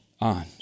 on